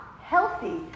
Healthy